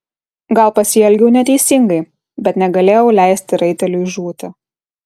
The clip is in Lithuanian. gal pasielgiau neteisingai bet negalėjau leisti raiteliui žūti